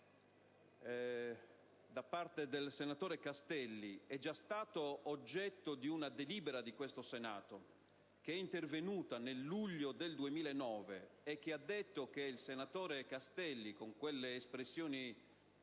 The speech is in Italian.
da parte del senatore Castelli, fosse già oggetto di una delibera di questo Senato che è intervenuta nel luglio 2009; se fosse stato già deciso che il senatore Castelli, con quelle espressioni